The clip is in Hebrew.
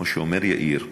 כמו שאומר יאיר,